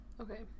Okay